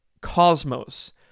cosmos